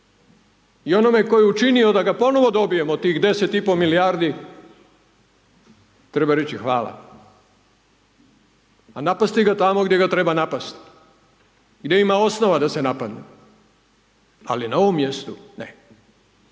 I onome tko je učinio da ga ponovno dobijemo, tih 10,5 milijardi, treba reći hvala. A napasti ga tamo, gdje ga treba napasti, gdje ima osnova da se napadne, ali na ovom mjestu ne.